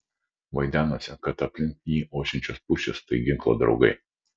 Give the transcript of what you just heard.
vaidenosi kad aplink jį ošiančios pušys tai ginklo draugai